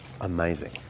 amazing